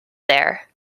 there